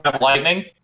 lightning